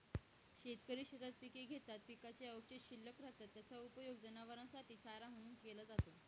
शेतकरी शेतात पिके घेतात, पिकाचे अवशेष शिल्लक राहतात, त्याचा उपयोग जनावरांसाठी चारा म्हणून केला जातो